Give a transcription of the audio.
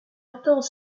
attends